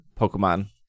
Pokemon